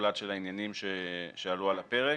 מוחלט של העניינים שעלו על הפרק.